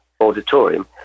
auditorium